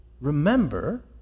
remember